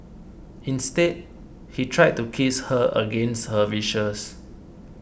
instead he tried to kiss her against her wishes